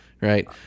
right